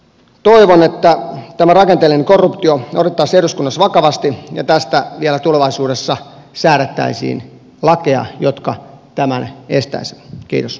toivon että tämä rakenteellinen korruptio otettaisiin eduskunnassa vakavasti ja tästä vielä tulevaisuudessa säädettäisiin lakeja jotka tämän estäisivät